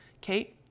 Kate